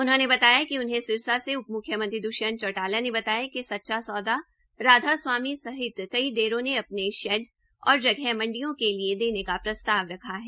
उन्होंने उन्हें सिरसा से उप मुख्यमंत्री द्ष्यंत चौटाला ने बताया कि बताया कि सच्चा सौदा राधास्वामी सहित कई डेरो ने अपने शैड और जगह मंडियों के लिए देने का प्रस्ताव रखा है